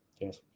Yes